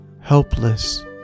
helpless